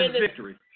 victory